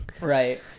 Right